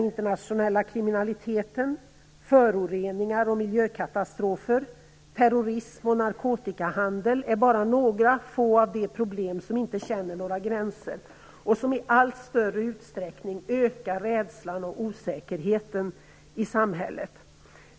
Internationell kriminalitet, föroreningar och miljökatastrofer samt terrorism och narkotikahandel är några av de problem som inte känner några gränser och som i allt större utsträckning ökar rädslan och osäkerheten i samhället.